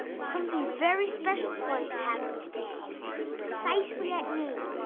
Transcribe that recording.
something very special is going to happen today precisely at noon,